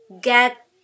get